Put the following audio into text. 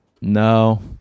No